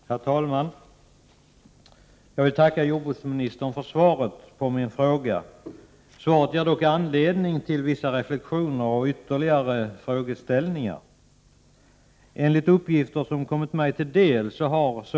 Herr talman! Jag vill tacka jordbruksministern för svaret på min fråga. Svaret ger dock anledning till vissa reflexioner och ytterligare frågeställningar. Enligt uppgifter som kommit mig till del har såväl domänverket som Prot.